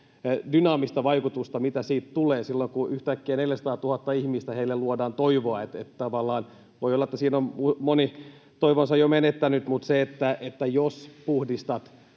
dynaamista vaikutusta, mitä siitä tulee silloin, kun yhtäkkiä 400 000 ihmiselle luodaan toivoa. Tavallaan voi olla, että siinä on moni toivonsa jo menettänyt, mutta se että jos puhdistat